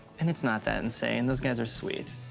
and it's not that insane. those guys are sweet.